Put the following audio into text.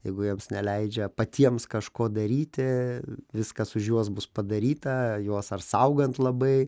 jeigu jiems neleidžia patiems kažko daryti viskas už juos bus padaryta juos ar saugant labai